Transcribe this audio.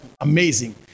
Amazing